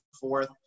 fourth